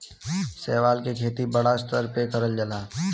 शैवाल के खेती बड़ा स्तर पे करल जाला